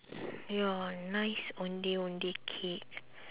ya nice ondeh ondeh cake